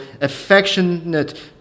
affectionate